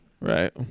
Right